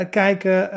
kijken